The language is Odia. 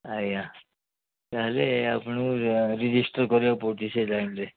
ଆଜ୍ଞା ତାହେଲେ ଆପଣଙ୍କୁ ରେଜିଷ୍ଟର୍ କରିବାକୁ ପଡ଼ୁଛି ସେଇ ଲାଇନ୍ରେ